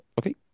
Okay